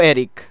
Eric